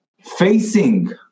facing